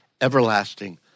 everlasting